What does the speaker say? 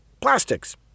Plastics